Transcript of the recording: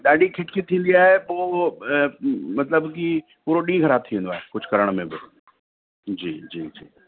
ॾाढी खिट खिट थींदी आहे पोइ उहो मतिलबु की पूरो ॾींहुं ख़राबु थी वेंदो आहे कुझु करण में बि जी जी जी